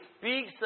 speaks